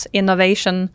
innovation